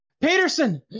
Peterson